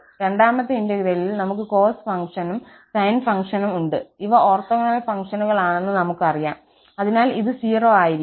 രണ്ടാമത്തെ ഇന്റെഗ്രേലിൽ നമുക്ക് കോസ് ഫംഗ്ഷനും സൈൻ ഫംഗ്ഷനും ഉണ്ട് ഇവ ഓർത്തോഗണൽ ഫംഗ്ഷനുകളാണെന്ന് നമുക്കറിയാം അതിനാൽ ഇത് 0 ആയിരിക്കും